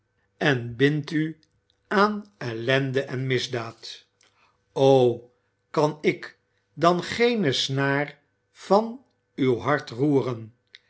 en bindt u aan ellende en misdaad o kan ik dan geene snaar van uw hart roeren